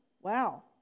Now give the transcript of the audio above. Wow